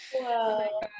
Wow